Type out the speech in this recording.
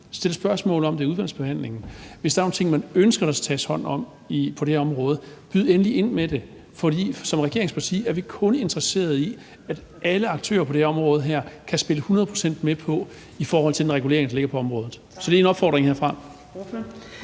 stil spørgsmål om det i udvalgsbehandlingen, og at hvis der er nogle ting, man ønsker der skal tages hånd om på det her område, så byd endelig ind med det, for som regeringsparti er vi kun interesseret i, at alle aktører på det område her kan spille 100 pct. med i forhold til den regulering, der ligger på området. Så det er en opfordring herfra.